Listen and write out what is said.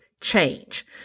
change